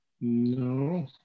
no